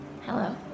Hello